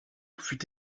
fut